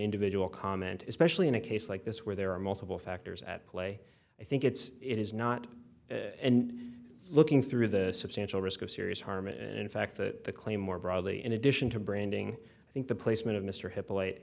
individual comment especially in a case like this where there are multiple factors at play i think it's it is not looking through the substantial risk of serious harm and in fact the claim more broadly in addition to branding i think the placement of mr hip